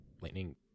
lightning